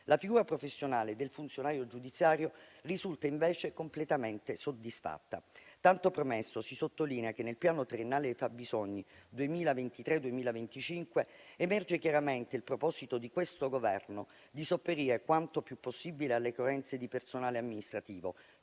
La figura professionale del funzionario giudiziario risulta invece completamente soddisfatta. Tanto premesso, si sottolinea che nel piano triennale dei fabbisogni 2023-2025 emerge chiaramente il proposito di questo Governo di sopperire, quanto più possibile, alle carenze di personale amministrativo,